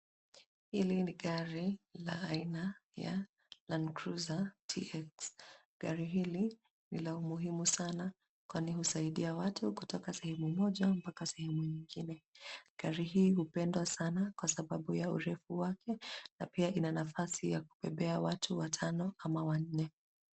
Hili ni gari la aina ya Landcruiser TX. Gari hili ni la umuhimu sana kwani husaidia watu kutoka sehemu moja hadi sehemu nyingine. Gari hili hupendwa sana kwa sababu ya urefu wake na pia ina nafasi ya kubebea watu watano ama wanne.